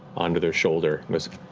onto their shoulder.